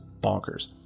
bonkers